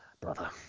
brother